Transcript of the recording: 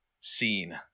scene